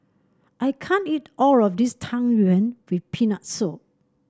I can't eat all of this Tang Yuen with Peanut Soup